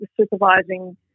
supervising